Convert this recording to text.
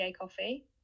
coffee